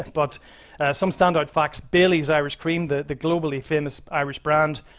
but some standard facts. baileys irish cream, the globally famous irish brand,